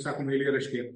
sakoma eilėraštyje